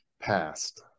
passed